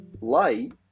light